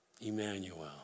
Emmanuel